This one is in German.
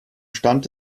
stand